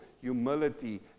humility